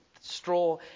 straw